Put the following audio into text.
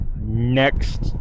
next